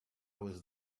was